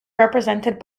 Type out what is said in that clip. represented